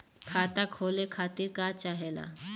खाता खोले खातीर का चाहे ला?